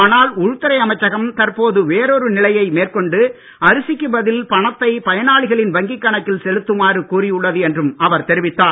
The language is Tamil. ஆனால் உள்துறை அமைச்சகம் தற்போது வேறொரு நிலையை மேற்கொண்டு அரிசிக்கு பதில் பணத்தை பயனாளிகளின் வங்கிக் கணக்கில் செலுத்துமாறு கூறியுள்ளது என்றும் அவர் தெரிவித்தார்